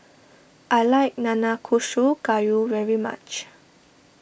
I like Nanakusa Gayu very much